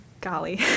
golly